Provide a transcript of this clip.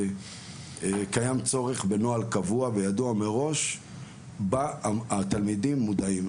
קיים צורך בנוהל קבוע וידוע מראש שבו התלמידים מודעים.